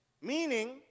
Meaning